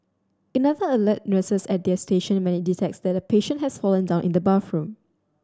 another alert nurses at their station when it detects that a patient has fallen down in the bathroom